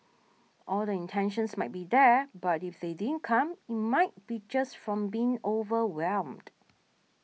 all the intentions might be there but if they didn't come it might be just from being overwhelmed